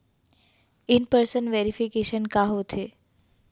In person verification का होथे?